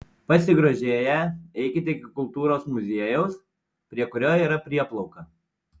pasigrožėję eikite iki kultūros muziejaus prie kurio yra prieplauka